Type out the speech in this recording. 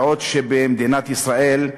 בעוד שבמדינת ישראל,